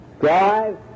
drive